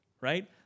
right